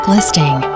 Listing